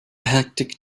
hectic